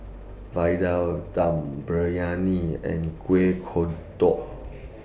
Vadai Dum Briyani and Kueh Kodok